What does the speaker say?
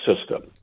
system